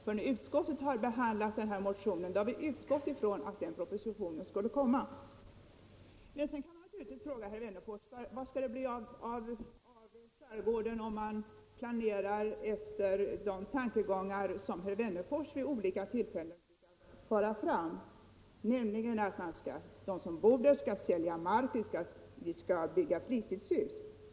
När vi i utskottet har behandlat den här motionen har vi utgått ifrån att propositionen skulle komma. Sedan kan man fråga: Vad skall det bli av skärgården, om det sker en planering efter de tankegångar som herr Wennerfors vid olika tillfällen brukar föra fram, nämligen att de som bor där skall sälja mark och att det skall byggas fritidshus?